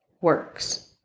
works